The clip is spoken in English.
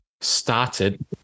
started